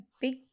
Big